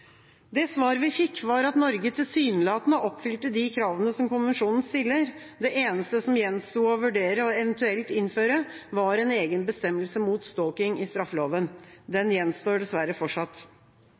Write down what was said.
Det svaret vi fikk, var at Norge tilsynelatende oppfylte de kravene som konvensjonen stiller. Det eneste som gjensto å vurdere og eventuelt innføre, var en egen bestemmelse mot stalking i straffeloven. Den gjenstår dessverre fortsatt.